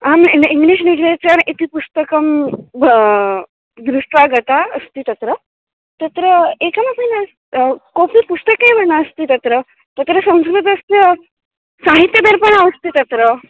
अहम् in English literature इति पुस्तकं भा दृष्ट्वा गता अस्ति तत्र तत्र एकमपि नास् कोपि पुस्तकम् एव नास्ति तत्र तत्र संस्कृतस्य साहित्यदर्पणः अस्ति तत्र